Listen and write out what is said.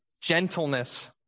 gentleness